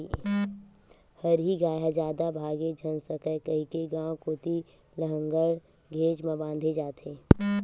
हरही गाय ह जादा भागे झन सकय कहिके गाँव कोती लांहगर घेंच म बांधे जाथे